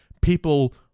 people